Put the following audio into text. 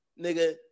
nigga